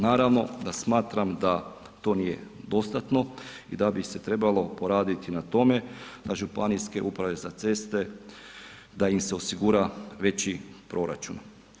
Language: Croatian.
Naravno da smatram da to nije dostatno, da bi se trebalo poraditi na tome a županijske uprave za ceste da im se osigura veći proračun.